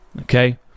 Okay